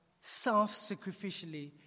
self-sacrificially